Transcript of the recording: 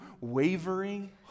wavering